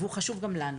והוא חשוב גם לנו.